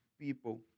people